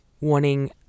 wanting